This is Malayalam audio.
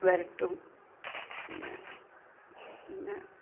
വരട്ടും പിന്നെ